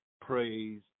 praise